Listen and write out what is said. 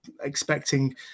expecting